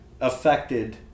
affected